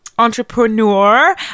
entrepreneur